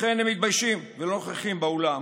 אכן הם מתביישים ולא נוכחים באולם.